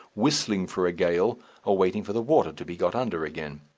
whistling for a gale or waiting for the water to be got under again.